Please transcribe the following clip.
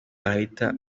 arahita